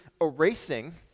erasing